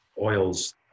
oils